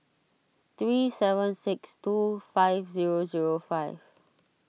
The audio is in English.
three seven six two five zero zero five